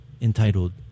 entitled